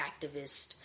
activist